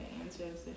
answers